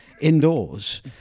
indoors